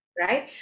right